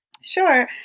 Sure